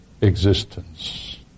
existence